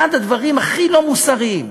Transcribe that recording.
אחד הדברים הכי לא מוסריים,